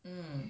mm